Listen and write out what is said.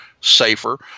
safer